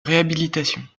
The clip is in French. réhabilitation